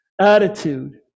attitude